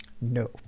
no